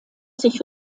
sich